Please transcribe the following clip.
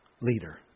leader